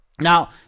Now